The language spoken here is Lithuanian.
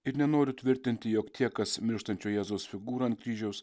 ir nenoriu tvirtinti jog tie kas mirštančio jėzaus figūrą ant kryžiaus